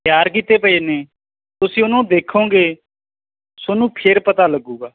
ਤਿਆਰ ਕੀਤੇ ਪਏ ਨੇ ਤੁਸੀਂ ਉਹਨੂੰ ਦੇਖੋਗੇ ਤੁਹਾਨੂੰ ਫੇਰ ਪਤਾ ਲੱਗੇਗਾ